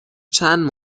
چند